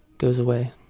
goes away.